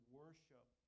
worship